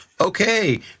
Okay